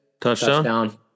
touchdown